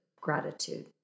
gratitude